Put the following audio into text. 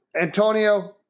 Antonio